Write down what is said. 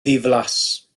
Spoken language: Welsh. ddiflas